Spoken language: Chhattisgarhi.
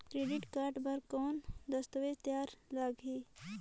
क्रेडिट कारड बर कौन दस्तावेज तैयार लगही?